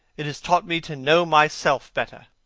it has taught me to know myself better.